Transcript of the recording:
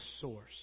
source